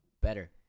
Better